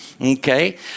okay